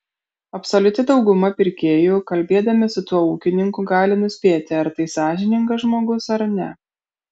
absoliuti dauguma pirkėjų kalbėdami su tuo ūkininku gali nuspėti ar tai sąžiningas žmogus ar ne